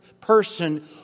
person